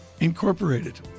Incorporated